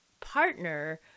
partner